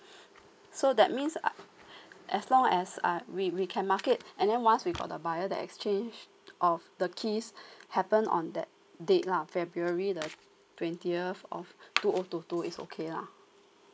so that means as long as I we we can market and then once we got the buyer the exchange of the keys happened on that date lah february the twentieth of two O two two is okay lah